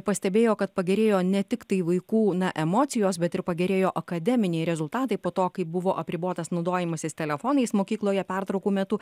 pastebėjo kad pagerėjo ne tik tai vaikų na emocijos bet ir pagerėjo akademiniai rezultatai po to kai buvo apribotas naudojimasis telefonais mokykloje pertraukų metu